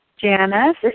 Janice